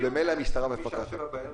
ובמילא המשטרה מפקחת.